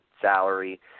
salary